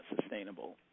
sustainable